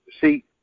see